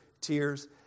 tears